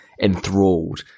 enthralled